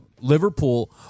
Liverpool